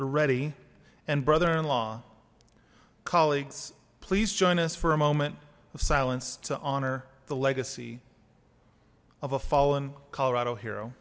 reddy and brother in law colleagues please join us for a moment of silence to honor the legacy of a fallen colorado hero